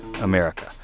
America